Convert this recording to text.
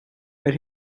but